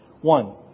One